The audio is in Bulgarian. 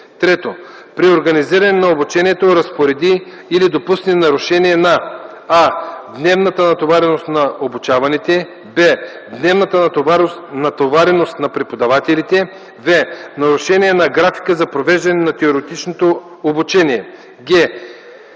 3. при организиране на обучението разпореди или допусне нарушение на: а) дневната натовареност на обучаваните; б) дневната натовареност на преподавателите; в) нарушение на графика за провеждане на теоретичното обучение; г)